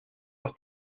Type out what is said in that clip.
los